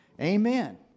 Amen